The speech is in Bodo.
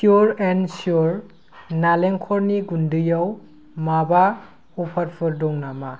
पियुर एन्ड शियुर नारेंखलनि गुन्दैयाव माबा अफारफोर दङ नामा